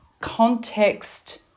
context